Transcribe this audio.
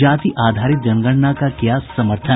जाति आधारित जनगणना का किया समर्थन